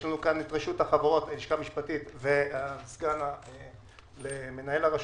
רשות החברות, הלשכה המשפטית וסגן מנהל הרשות,